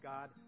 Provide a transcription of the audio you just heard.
God